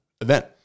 event